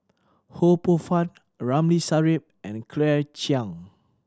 Ho Poh Fun Ramli Sarip and Claire Chiang